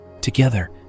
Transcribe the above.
Together